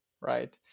right